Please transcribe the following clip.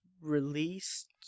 released